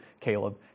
Caleb